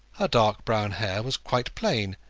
her dark brown hair was quite plain,